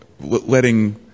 letting